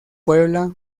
puebla